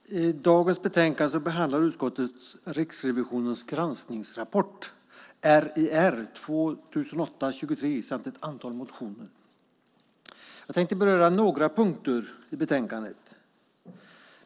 Herr talman! I dagens betänkande behandlar utskottet Riksrevisionens granskningsrapport RiR 2008/23 samt ett antal motioner. Jag tänker beröra några punkter i betänkandet.